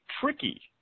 tricky